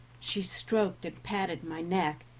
she stroked and patted my neck,